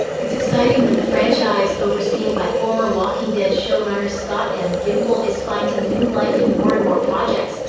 it's exciting that the franchise, overseen by former walking dead showrunner scott m. gimple, is finding new life in more and more projects,